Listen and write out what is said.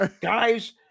guys